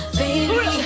baby